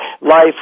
life